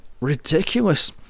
ridiculous